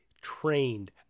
trained